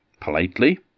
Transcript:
politely